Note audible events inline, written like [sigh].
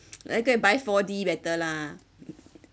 eh go and buy four d better lah [noise]